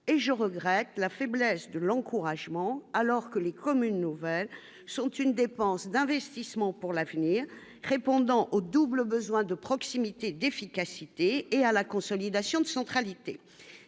et je regrette la faiblesse de l'encouragement alors que les communes nouvelles sont une dépense d'investissement pour l'avenir, répondant au double besoin de proximité, d'efficacité et à la consolidation de centralité